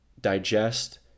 digest